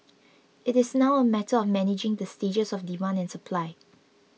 it is now a matter of managing the stages of demand and supply